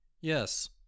Yes